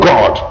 God